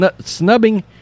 snubbing